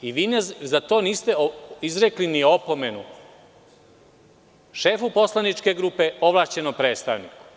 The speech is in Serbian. Vi za to niste izrekli ni opomenu šefu poslaničke grupe, ovlašćenom predstavniku.